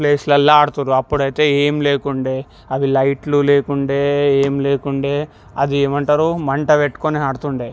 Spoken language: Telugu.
ప్లేస్లలో ఆడుతారు అప్పుడయితే ఏం లేకుండే అవి లైట్లు లేకుండే ఏం లేకుండే అది ఏమంటారు మంట పెట్టుకొని ఆడుతుండే